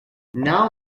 now